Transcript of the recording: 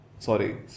Sorry